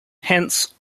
hence